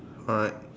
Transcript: alright